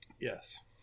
Yes